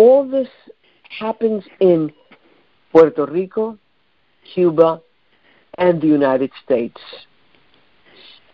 all this happens in puerto rico cuba and the united states